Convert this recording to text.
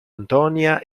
antonia